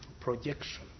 projection